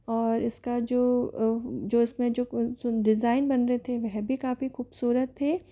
और इसका जो जो इसमें जो डिजाईन बन रहे थे वह भी काफ़ी खुबसुरत थे